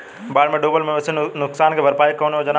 बाढ़ में डुबल मवेशी नुकसान के भरपाई के कौनो योजना वा?